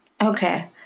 Okay